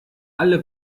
alle